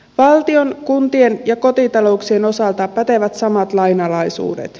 valtion kuntien ja kotitalouksien osalta pätevät samat lainalaisuudet